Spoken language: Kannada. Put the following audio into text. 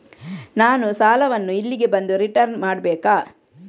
ನಾನು ಸಾಲವನ್ನು ಇಲ್ಲಿಗೆ ಬಂದು ರಿಟರ್ನ್ ಮಾಡ್ಬೇಕಾ?